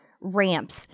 ramps